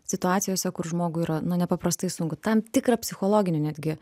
situacijose kur žmogui yra nu nepaprastai sunku tam tikrą psichologinį netgi